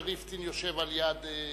יושב על-יד,